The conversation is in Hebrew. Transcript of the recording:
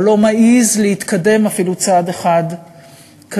או לא מעז להתקדם אפילו צעד אחד קדימה.